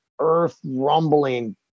earth-rumbling